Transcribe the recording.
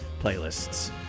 playlists